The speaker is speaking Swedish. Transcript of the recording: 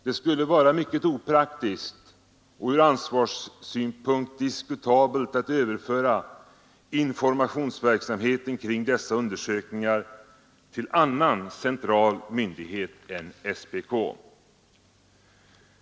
Det skulle vara mycket opraktiskt — och ur ansvarssynpunkt diskutabelt — att överföra informationsverksamheten kring dessa undersökningar till annan central myndighet än SPK.